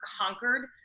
conquered